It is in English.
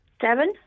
Seven